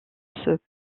sens